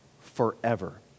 forever